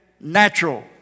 natural